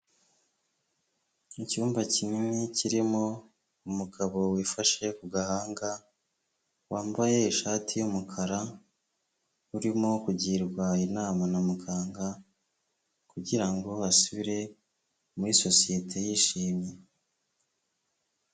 Icyumba kinini kirimo umugabo wifashe ku gahanga wambaye ishati y'umukara, urimo kugirwa inama na muganga kugirango asubire muri sosiyete yishimye.